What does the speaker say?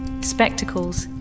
spectacles